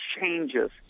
changes